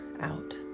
out